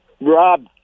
Rob